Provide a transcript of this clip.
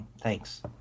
Thanks